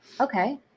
Okay